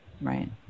right